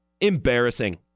Embarrassing